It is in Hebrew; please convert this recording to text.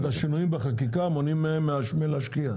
זאת אומרת, השינויים בחקיקה מונעים מהם מלהשקיע.